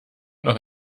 noch